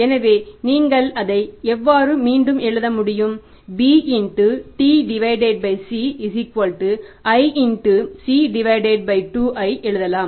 எனவே நீங்கள் அதை எவ்வாறு மீண்டும் எழுத முடியும் b T C i C 2 ஐ எழுதலாம்